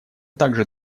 также